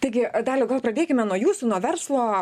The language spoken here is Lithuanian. taigi daliau gal pradėkime nuo jūsų nuo verslo